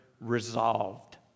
resolved